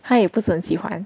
他也不是很喜欢